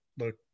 Look